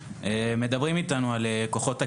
מדברים איתנו על כוחות הכיבוש,